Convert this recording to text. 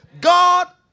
God